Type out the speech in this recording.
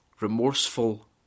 Remorseful